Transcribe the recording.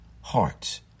hearts